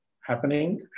happening